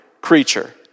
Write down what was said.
creature